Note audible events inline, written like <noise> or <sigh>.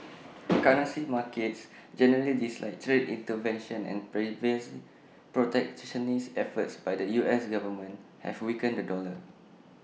<noise> currency markets generally dislike trade intervention and previous protectionist efforts by the us government have weakened the dollar